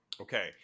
Okay